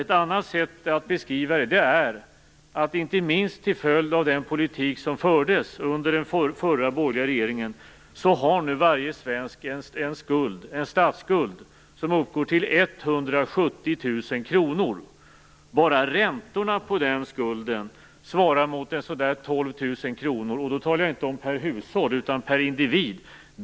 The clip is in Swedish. Ett annat sätt att beskriva det är att inte minst till följd av den politik som fördes under den förra borgerliga regeringen har nu varje svensk en statsskuld som uppgår till 170 000 kr. Bara räntorna på den skulden svarar mot ca 12 000 kr - och då talar jag inte om per hushåll utan om per individ.